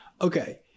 Okay